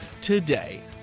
today